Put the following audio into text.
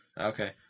Okay